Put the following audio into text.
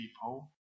people